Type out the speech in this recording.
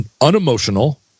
unemotional